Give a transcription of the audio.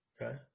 Okay